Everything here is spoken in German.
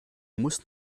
muss